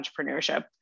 entrepreneurship